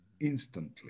instantly